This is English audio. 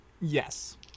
Yes